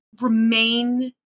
remain